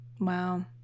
Wow